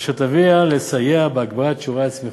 אשר תסייע בהגברת שיעורי הצמיחה.